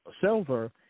silver